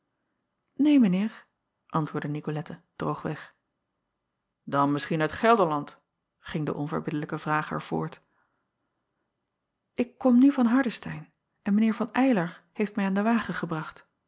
een mijn eer antwoordde icolette droogweg an misschien uit elderland ging de onverbiddelijke vrager voort k kom nu van ardestein en mijn eer van ylar heeft mij aan den wagen gebracht